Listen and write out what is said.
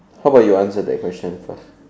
how about you answer that question first